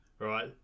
right